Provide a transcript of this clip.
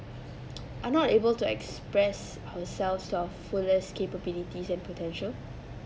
are not able to express ourselves to our fullest capabilities and potential